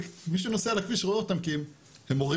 מי שנוסע על הכביש רואה אותם כי הם מוכרים